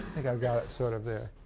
think i've got it sort of there.